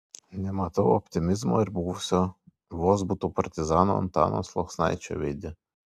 nematau optimizmo ir buvusio vozbutų partizano antano sluoksnaičio veide